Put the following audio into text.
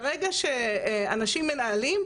ברגע שאנשים מנהלים,